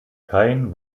kein